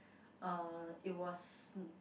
uh it was